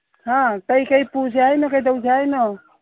ꯍꯥ ꯀꯔꯤ ꯀꯔꯤ ꯄꯨꯁꯦ ꯍꯥꯏꯅꯣ ꯀꯩꯗꯧꯁꯦ ꯍꯥꯏꯅꯣ